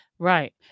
Right